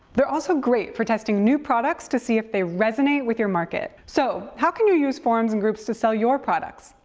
they're also great for testing new products to see if they resonate with your market. so, how can you use forums and groups to sell products?